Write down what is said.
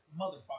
Motherfucker